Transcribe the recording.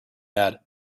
had